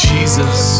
Jesus